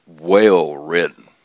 well-written